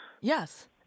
Yes